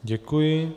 Děkuji.